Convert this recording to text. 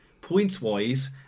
points-wise